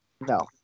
no